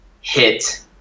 hit